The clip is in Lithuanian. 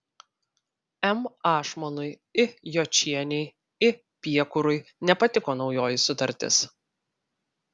m ašmonui i jočienei i piekurui nepatiko naujoji sutartis